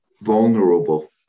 vulnerable